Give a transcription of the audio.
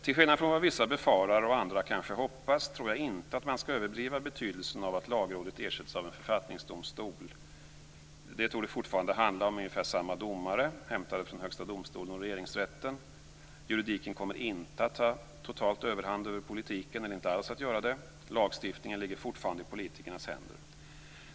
Till skillnad från vad vissa befarar och andra kanske hoppas tror jag inte att man skall överdriva betydelsen av att Lagrådet ersätts av en författningsdomstol. Det torde fortfarande handla om ungefär samma domare, hämtade från Högsta domstolen och Regeringsrätten. Juridiken kommer inte totalt att ta överhand över politiken; den kommer inte alls att göra det. Lagstiftningen ligger fortfarande i politikernas händer.